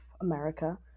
America